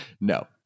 No